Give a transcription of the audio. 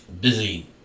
Busy